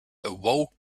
awoke